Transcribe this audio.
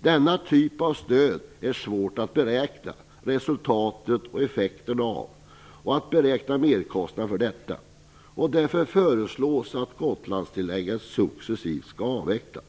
Det är svårt att beräkna resultatet och effekterna av denna typ av stöd. Det är också svårt att beräkna merkostnaderna för detta. Därför föreslås att Gotlandstillägget successivt skall avvecklas.